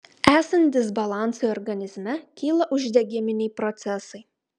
esant disbalansui organizme kyla uždegiminiai procesai